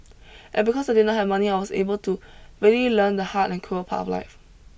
and because I did not have money I was able to really learn the hard and cruel part of life